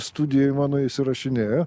studijoj mano įsirašinėjo